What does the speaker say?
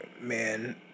man